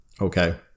Okay